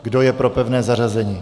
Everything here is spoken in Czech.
Kdo je pro pevné zařazení?